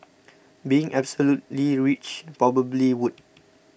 being absolutely rich probably would